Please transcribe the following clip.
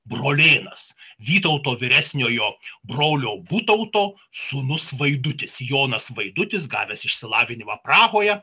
brolėnas vytauto vyresniojo brolio butauto sūnus vaidutis jonas vaidutis gavęs išsilavinimą prahoje